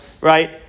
right